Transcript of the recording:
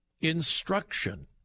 instruction